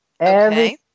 okay